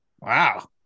wow